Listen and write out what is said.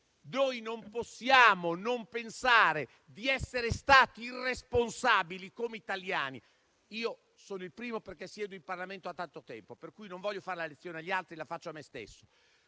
Non possiamo non pensare di essere stati irresponsabili come italiani. Io sono il primo perché siedo in Parlamento da tanto tempo, per cui non voglio fare la lezione agli altri, la faccio a me stesso.